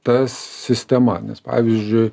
ta sistema nes pavyzdžiui